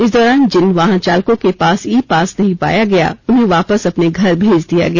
इस दौरान पर जिन वाहन चालकों के पास ई पास नहीं पाया गया उन्हें वापस अपने घर भेज दिया गया